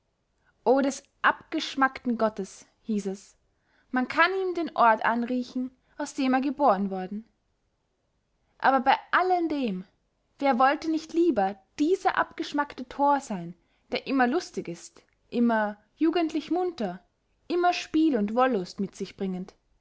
o des abgeschmackten gottes hieß es man kann ihm den ort anriechen aus dem er gebohren worden aber bey allem dem wer wollte nicht lieber dieser abgeschmackte thor seyn der immer lustig ist immer jugendlich munter immer spiel und wollust mit sich bringend